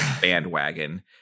bandwagon